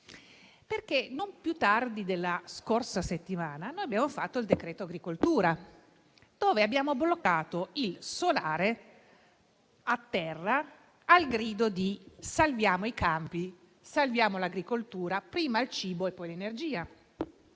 Infatti non più tardi della scorsa settimana noi abbiamo emanato il decreto agricoltura con il quale abbiamo bloccato il solare a terra, al grido di «salviamo i campi, salviamo l'agricoltura, prima il cibo e poi l'energia».